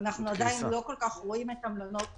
אנחנו עדיין לא כל כך רואים את המלונות נפתחים,